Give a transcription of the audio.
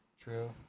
True